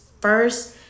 first